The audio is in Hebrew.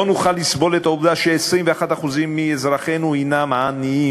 לא נוכל לסבול את העובדה ש-21% מאזרחינו הם עניים.